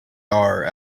are